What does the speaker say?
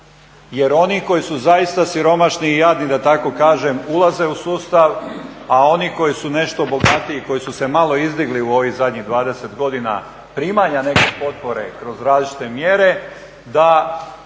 jer oni koji su zaista siromašni i jadni da tako kažem ulaze u sustav, a oni koji su nešto bogatiji i koji su se malo izdigli u ovih zadnjih 20 godina primanja neke potpore kroz različite mjere da